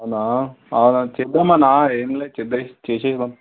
అవునా అవునా చేద్దాం అన్న ఏమి లేదు చేసే చేసేద్దాం